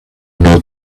know